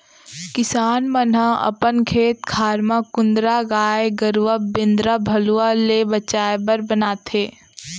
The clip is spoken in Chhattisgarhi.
किसान मन ह अपन खेत खार म कुंदरा गाय गरूवा बेंदरा भलुवा ले बचाय बर बनाथे